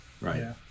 right